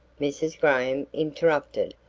mrs. graham interrupted.